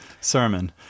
sermon